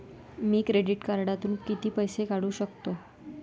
मी credit कार्डातून किती पैसे काढू शकतो?